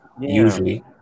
usually